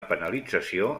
penalització